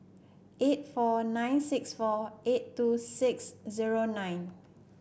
eight four nine six four eight two six zero nine